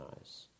eyes